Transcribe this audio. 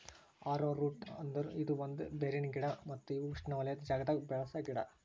arrowroot ಅಂದುರ್ ಇದು ಒಂದ್ ಬೇರಿನ ಗಿಡ ಮತ್ತ ಇವು ಉಷ್ಣೆವಲಯದ್ ಜಾಗದಾಗ್ ಬೆಳಸ ಗಿಡ ಅದಾ